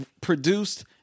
produced